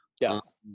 yes